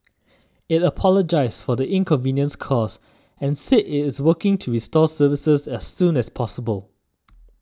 it apologised for the inconvenience caused and said it is working to restore services as soon as possible